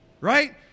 right